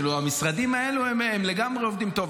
המשרדים האלו, הם לגמרי עובדים טוב.